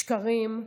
שקרים,